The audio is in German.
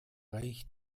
reicht